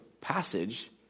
passage